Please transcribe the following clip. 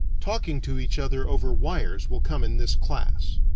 talking to each other over wires will come in this class.